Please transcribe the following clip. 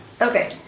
Okay